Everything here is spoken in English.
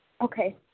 Okay